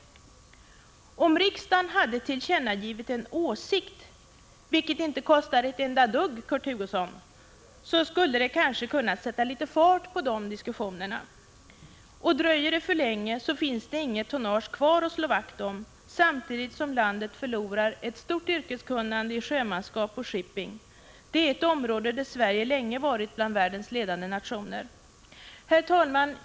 Om riksdagen tillkännagav en åsikt — vilket inte kostar ett enda dugg, Kurt Hugosson — skulle det kanske ha kunnat sätta litet fart på dessa diskussioner. Om det dröjer för länge, finns det inget tonnage kvar att slå vakt om, samtidigt som landet förlorar ett stort yrkeskunnande inom sjömanskap och shipping, ett område där Sverige länge varit en bland världens ledande nationer. Herr talman!